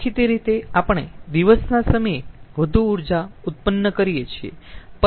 દેખીતી રીતે આપણે દિવસના સમયે વધુ ઉર્જા ઉત્પન્ન કરીયે છીએ